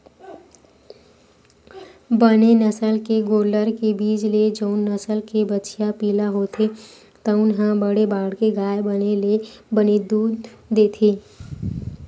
बने नसल के गोल्लर के बीज ले जउन नसल के बछिया पिला होथे तउन ह बड़े बाड़के गाय बने ले बने दूद देथे